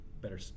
better